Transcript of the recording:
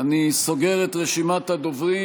אני סוגר את רשימת הדוברים.